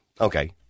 Okay